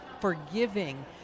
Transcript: forgiving